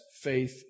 faith